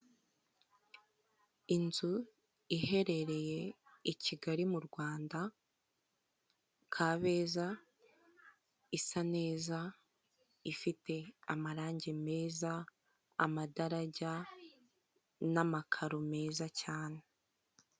Inzu iherereye i kigali mu Rwanda Kabeza, isa neza ifite amarangi meza, amadajya, n'amakaro meza cyane.